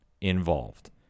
involved